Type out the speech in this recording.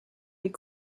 est